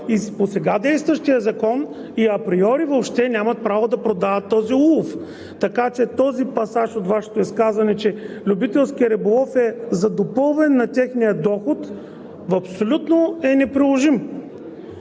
и по сега действащия закон, и априори, въобще нямат право да продават този улов. Така че този пасаж от Вашето изказване – че любителският риболов е за допълване на техния доход, е абсолютно неприложим,